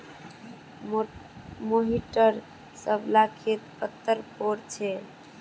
मोहिटर सब ला खेत पत्तर पोर छे